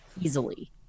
easily